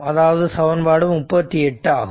அதாவது சமன்பாடு 38 ஆகும்